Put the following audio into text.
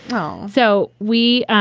um so we